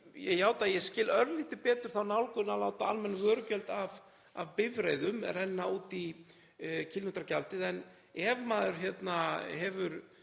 En ég játa að ég skil örlítið betur þá nálgun að láta almenn vörugjöld af bifreiðum renna út í kílómetragjaldið. En ef maður hefur